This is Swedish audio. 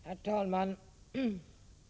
Herr talman!